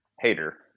hater